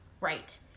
right